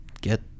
get